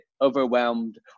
overwhelmed